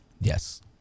Yes